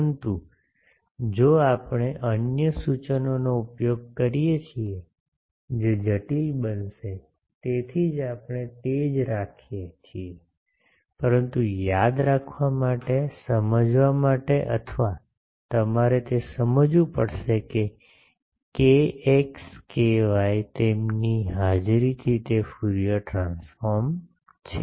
પરંતુ જો આપણે અન્ય સૂચનોનો ઉપયોગ કરીએ છીએ જે જટિલ બનશે તેથી જ આપણે તે જ રાખીએ છીએ પરંતુ યાદ રાખવા માટે સમજવા માટે અથવા તમારે તે સમજવું પડશે કે કેએક્સ કેવાય તેમની હાજરીથી તે ફ્યુરિયર ટ્રાન્સફોર્મ છે